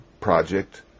project